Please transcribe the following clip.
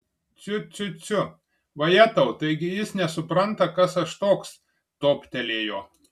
ciu ciu ciu vajetau taigi jis nesupranta kas aš toks toptelėjo